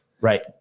Right